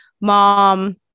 mom